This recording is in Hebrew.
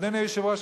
אדוני היושב-ראש,